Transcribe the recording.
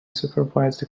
supervise